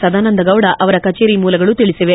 ಸದಾನಂದ ಗೌಡ ಅವರ ಕಚೇರಿ ಮೂಲಗಳು ತಿಳಿಬವೆ